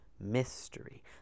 Mystery